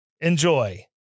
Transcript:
enjoy